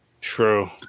True